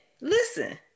Listen